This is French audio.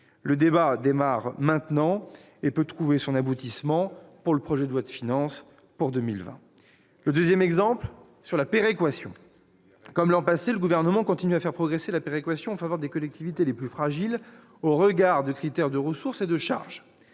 Le débat démarre maintenant et peut trouver son aboutissement d'ici au projet de loi de finances pour 2020. Le deuxième exemple porte sur la péréquation. Comme l'an passé, le Gouvernement continue à faire progresser la péréquation en faveur des collectivités les plus fragiles au regard de critères de ressources et de charges.